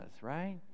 right